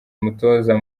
umutoza